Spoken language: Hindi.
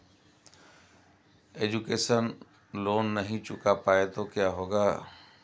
एजुकेशन लोंन नहीं चुका पाए तो क्या होगा?